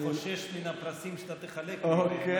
אני חושש מן הפרסים שאתה תחלק לי מהם,